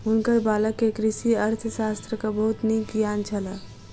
हुनकर बालक के कृषि अर्थशास्त्रक बहुत नीक ज्ञान छल